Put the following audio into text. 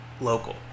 local